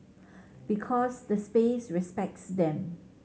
because the space respects them